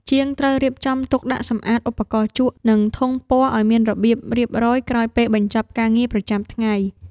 ជាងត្រូវរៀបចំទុកដាក់សម្អាតឧបករណ៍ជក់ និងធុងពណ៌ឱ្យមានរបៀបរៀបរយក្រោយពេលបញ្ចប់ការងារប្រចាំថ្ងៃ។